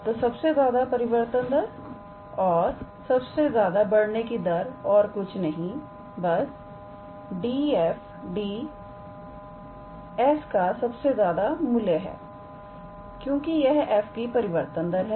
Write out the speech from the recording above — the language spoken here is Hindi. तो सबसे ज्यादा परिवर्तन दर और सबसे ज्यादा बढ़ने की दर और कुछ नहीं बस 𝐷𝑓𝐷 s का सबसे ज्यादा मूल्य है क्योंकि यह f की परिवर्तन दर है